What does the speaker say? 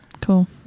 Cool